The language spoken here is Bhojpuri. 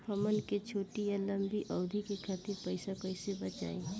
हमन के छोटी या लंबी अवधि के खातिर पैसा कैसे बचाइब?